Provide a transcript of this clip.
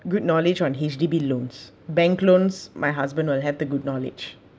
good knowledge on H_D_B loans bank loans my husband will have the good knowledge